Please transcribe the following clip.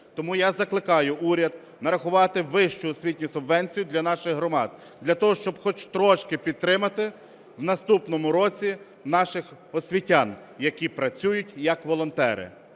Тому я закликаю уряд нарахувати вищу освітню субвенцію для наших громад, для того, щоб хоч трошки підтримати в наступному році наших освітян, які працюють як волонтери.